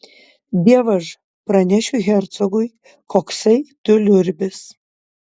dievaž pranešiu hercogui koksai tu liurbis